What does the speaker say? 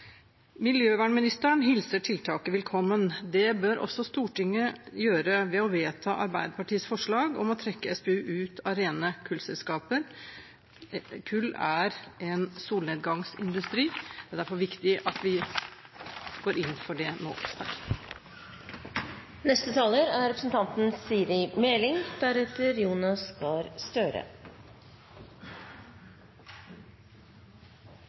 Miljøvernministeren hilser tiltaket velkommen. Det bør også Stortinget gjøre ved å vedta Arbeiderpartiets forslag om å trekke SPU ut av rene kullskaper. Kull er en solnedgangsindustri. Det er derfor viktig at vi går inn for det nå.